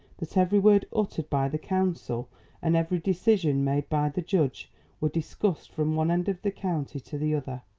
that every word uttered by the counsel and every decision made by the judge were discussed from one end of the county to the other,